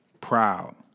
proud